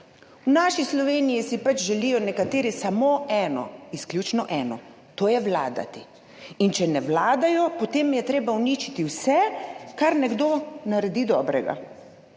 V naši Sloveniji si pač želijo nekateri samo eno, izključno eno, to je vladati. In če ne vladajo, potem je treba uničiti vse, kar nekdo naredi dobrega.